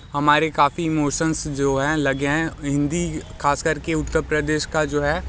हमारे काफ़ी इमोसन्स जो हैं लगे हैं हिंदी खास करके उत्तर प्रदेश का जो है